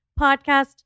podcast